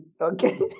Okay